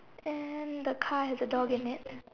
and the car has a dog in it